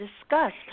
discussed